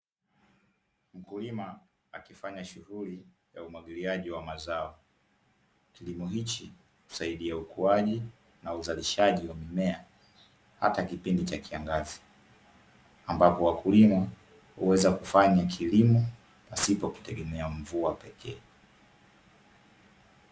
Mkulima akifanya shughuli ya umwagiliaji wa mazao, kilimo hichi husaidia ukuaji na uzalishaji wa mimea hata kipindi cha kiangazi, ambapo wakulima huweza kufanya kilimo pasipo kutegemea mvua pekee.